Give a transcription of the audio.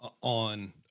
on